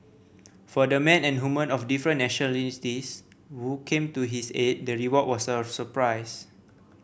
for the men and women of different nationalities who came to his aid the reward was a surprise